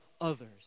others